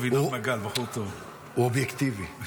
אובייקטיבי,